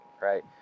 right